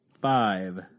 five